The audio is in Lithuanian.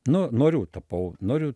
nu noriu tapau noriu